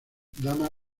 dama